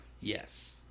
Yes